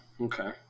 okay